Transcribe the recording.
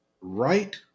right